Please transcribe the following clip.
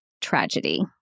tragedy